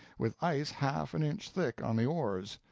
with ice half an inch thick on the oars.